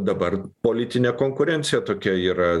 dabar politinė konkurencija tokia yra